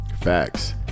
facts